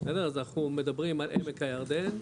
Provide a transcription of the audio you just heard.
אז אנחנו מדברים על עמק הירדן,